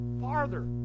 farther